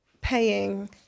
paying